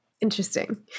Interesting